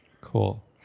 Cool